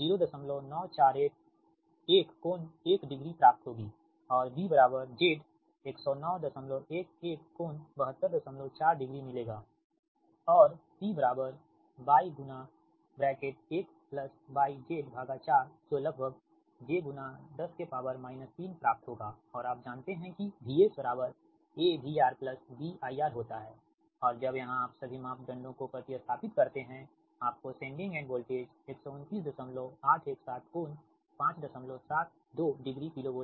09481 कोण 1 डिग्री प्राप्त होगी और B Z 10911 कोण 724 डिग्री मिलेगा और C Y 1 YZ4 जो लगभग j 10 3 प्राप्त होगा और आप जानते है कि VS AVR B IR होता है और जब यहाँ आप सभी मापदंडो को प्रति स्थापित करते हैं आपको सेंडिंग एंड वोल्टेज 129817 कोण 572 डिग्री KV मिलेगा